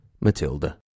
Matilda